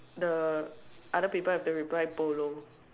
the other people have to reply polo